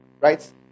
Right